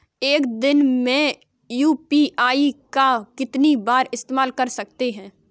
एक दिन में यू.पी.आई का कितनी बार इस्तेमाल कर सकते हैं?